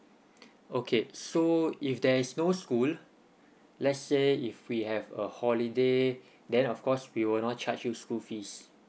okay so if there is no school let's say if we have a holiday then of course we will not charge you school fees